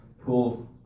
pool